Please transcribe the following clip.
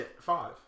five